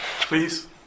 Please